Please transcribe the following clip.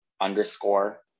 underscore